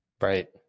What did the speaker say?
Right